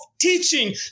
teaching